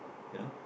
you know